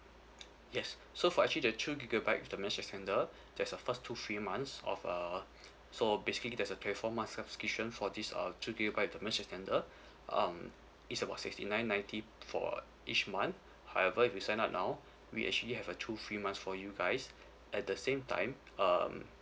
yes so for actually the two gigabyte with the mesh extender there's a first two free months of a so basically there's twenty four months subscription for this uh two gigabyte with the mesh extender um it's about sixty nine ninety for each month however if you sign up now we actually have a two free months for you guys at the same time um